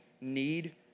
need